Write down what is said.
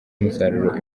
umusaruro